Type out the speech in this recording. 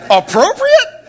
appropriate